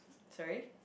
sorry